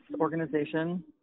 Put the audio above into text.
organization